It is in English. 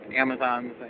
Amazons